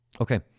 Okay